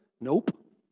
Nope